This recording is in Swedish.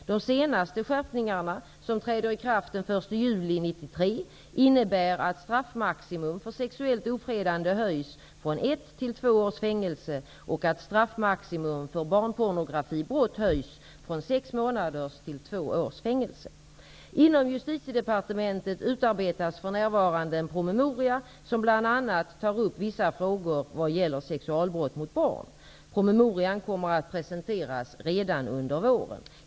De senaste skärpningarna, som träder i kraft den 1 juli 1993, innebär att straffmaximum för sexuellt ofredande höjs från ett till två års fängelse och att straffmaximum för barnpornografibrott höjs från sex månaders till två års fängelse. Inom Justitiedepartementet utarbetas för närvarande en promemoria som bl.a. tar upp vissa frågor vad gäller sexualbrott mot barn. Promemorian kommer att presenteras redan under våren.